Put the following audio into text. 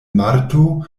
marto